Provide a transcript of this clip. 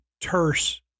terse